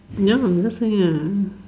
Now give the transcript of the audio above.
ya I just say ah